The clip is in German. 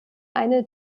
eine